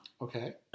Okay